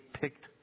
picked